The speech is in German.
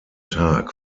tag